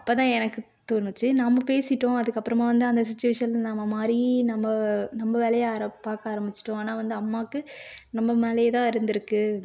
அப்போதான் எனக்கு தோணுச்சு நாம் பேசிவிட்டோம் அதுக்கப்புறமா வந்து அந்த சுச்சுவேஷனில் நம்ம மாறி நம்ம நம்ம வேலையை ஆர பார்க்க ஆரமிச்சுட்டோம் ஆனால் வந்து அம்மாவுக்கு நம்ம மேலேயேதான் இருந்திருக்கு